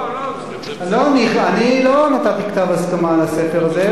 אני לא נתתי כתב הסכמה על הספר הזה,